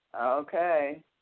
Okay